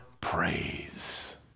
praise